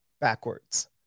backwards